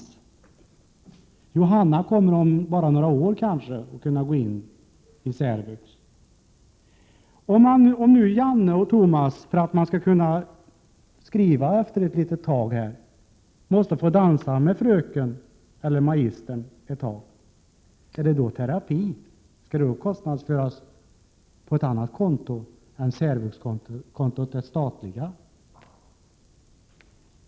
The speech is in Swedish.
Johanna kommer kanske om bara några år att kunna gå in i särvux. Både Janne och Tomas tycker om att dansa. Om nu Janne och Tomas för att kunna lära sig att skriva måste få dansa med fröken eller magistern ett tag, är det terapi? Skall det kostnadsföras på ett annat konto än på det statliga särvuxkontot?